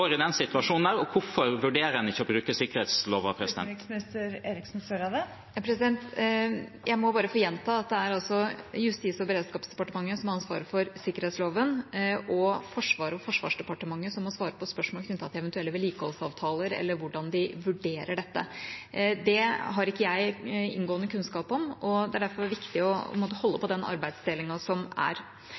i situasjonen, og hvorfor vurderer en ikke å bruke sikkerhetsloven? Jeg må bare få gjenta at det er Justis- og beredskapsdepartementet som har ansvaret for sikkerhetsloven og Forsvaret og Forsvarsdepartementet som må svare på spørsmål knyttet til eventuelle vedlikeholdsavtaler eller hvordan de vurderer dette. Det har ikke jeg inngående kunnskap om, og det er derfor viktig å holde på den arbeidsdelingen som er.